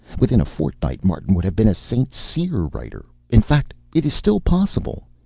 within a fortnight martin would have been a st. cyr writer. in fact, it is still possible.